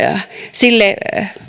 sille